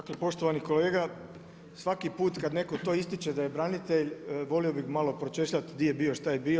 Dakle poštovani kolega, svaki put kad netko to ističe da je branitelj volio bih malo pročešljati di je bio, šta je bio.